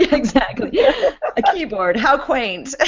exactly. yeah a keyboard, how quaint. ah